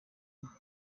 nka